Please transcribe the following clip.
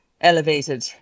elevated